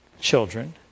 children